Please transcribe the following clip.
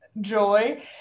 joy